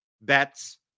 bets